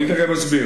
אני תיכף אסביר.